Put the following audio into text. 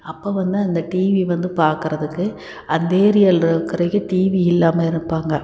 அப்போ வந்து அந்த டிவி வந்து பார்க்கறதுக்கு அந்த ஏரியால்ருக்கறவைங்க டிவி இல்லாமல் இருப்பாங்க